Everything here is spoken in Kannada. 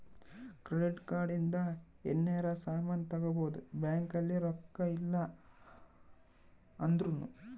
ಕ್ರೆಡಿಟ್ ಕಾರ್ಡ್ ಇಂದ ಯೆನರ ಸಾಮನ್ ತಗೊಬೊದು ಬ್ಯಾಂಕ್ ಅಲ್ಲಿ ರೊಕ್ಕ ಇಲ್ಲ ಅಂದೃನು